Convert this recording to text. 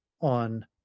on